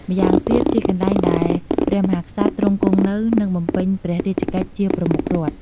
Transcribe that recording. ម្យ៉ាងទៀតជាកន្លែងដែលព្រះមហាក្សត្រទ្រង់គង់នៅ និងបំពេញព្រះរាជកិច្ចជាប្រមុខរដ្ឋ។